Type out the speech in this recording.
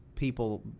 people